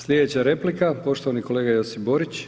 Sljedeća replika, poštovani kolega Josip Borić.